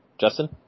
Justin